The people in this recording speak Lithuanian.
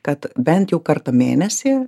kad bent jau kartą mėnesyje